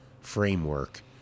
framework